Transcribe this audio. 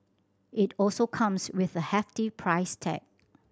it also comes with a hefty price tag